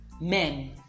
men